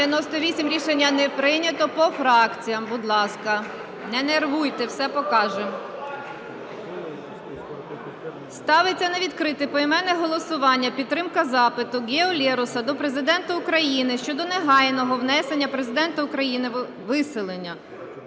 За-98 Рішення не прийнято. По фракціям, будь ласка. Не нервуйте, все покажемо. Ставиться на відкрите поіменне голосування підтримка запиту Гео Лероса до Президента України щодо негайного виселення Президента України Володимира